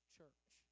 Church